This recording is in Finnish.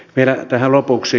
vielä tähän lopuksi